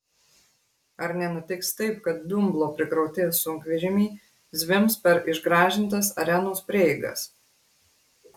ar nenutiks taip kad dumblo prikrauti sunkvežimiai zvimbs per išgražintas arenos prieigas